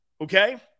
okay